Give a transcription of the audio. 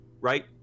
right